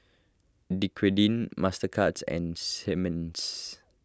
Dequadin Mastercards and Simmons